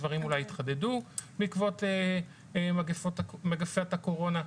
הדברים אולי התחדדו בעקבות מגפת הקורונה.